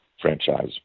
franchise